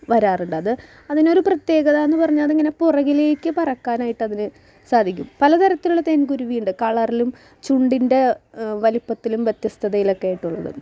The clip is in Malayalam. വരാറുണ്ട് അത് അതിനൊരു പ്രത്യേകതാന്ന് പറഞ്ഞാൽ അതിങ്ങനെ പുറകിലേക്ക് പറക്കാനായിട്ടതിന് സാധിക്കും പല തരത്തിലുള്ള തേൻകുരുവിയുണ്ട് കളറിലും ചുണ്ടിൻ്റെ വലിപ്പത്തിലും വ്യത്യസ്തതയിലക്കെ ആയിട്ടുള്ളത്